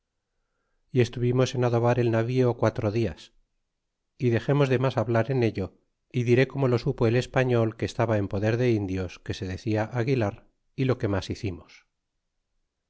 y estuvimos en adobar el navío quatro dias y dexemos de mas hablar en ello y diré como lo supo el español que estaba en poder de indios que se decia aguilar y lo que mas hicimos